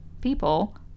people